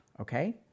okay